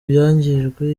byangijwe